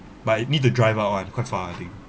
but need to driver out one quite far I think